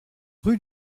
rue